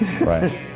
Right